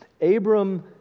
Abram